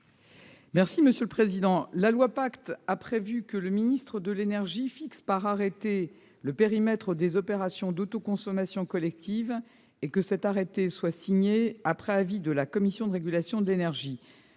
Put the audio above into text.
est à Mme la ministre. La loi Pacte a prévu que le ministre de l'énergie fixe par arrêté le périmètre des opérations d'autoconsommation collective et que cet arrêté soit signé après avis de la Commission de régulation de l'énergie.